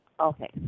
Okay